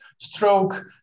stroke